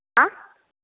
हा